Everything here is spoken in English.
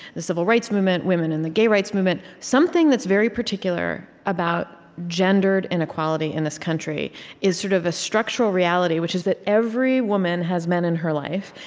the civil rights movement women in the gay rights movement something that's very particular about gendered inequality in this country is sort of a structural reality, which is that every woman has men in her life,